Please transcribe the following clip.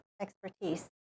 expertise